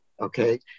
okay